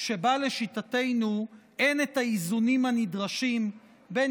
שבה לשיטתנו אין האיזונים הנדרשים בין